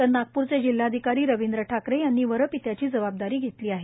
तर नागपूरचे जिल्हाधिकारी रवींद्र ठाकरे यांनी वर पित्याची जबाबदारी घेतली आहे